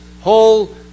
whole